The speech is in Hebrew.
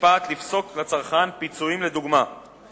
בית-המשפט לפסוק לצרכן פיצויים לדוגמה בסכום